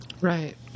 Right